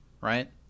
right